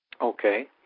Okay